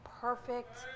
perfect